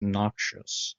noxious